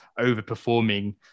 overperforming